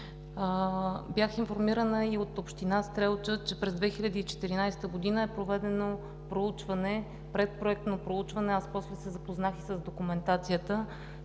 Бях информирана и от община Стрелча, че през 2014 г. е проведено предпроектно проучване – аз после се запознах и с документацията,